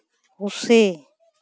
ᱯᱩᱥᱤ